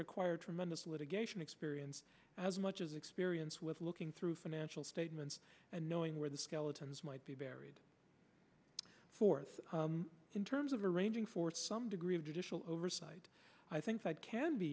require tremendous litigation experience as much as experience with looking through financial statements and knowing where the skeletons might be buried for us in terms of arranging for some degree of judicial oversight i think that can be